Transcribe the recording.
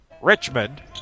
Richmond